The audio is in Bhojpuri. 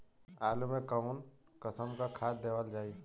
आलू मे कऊन कसमक खाद देवल जाई?